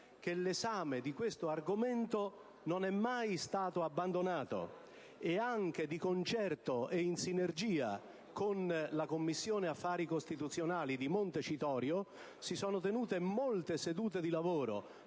che l'esame di quell'argomento non è mai stato abbandonato e che, anche di concerto e in sinergia con la Commissione affari costituzionali di Montecitorio, si sono tenute molte sedute di lavoro